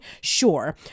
Sure